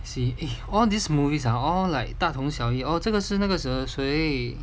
see all these movies are all like 大同小异哦真的是那个时候谁